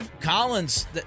Collins